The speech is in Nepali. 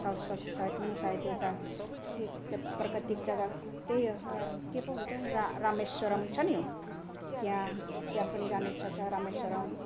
साउथ साउथ साइड पनि सायद एउटा के प्राकृतिक जग्गा त्यही के पो भन्छ रा रामेश्वरम् छ नि त्यहाँ त्यहाँ पनि जानु इच्छा छ रामेश्वरम्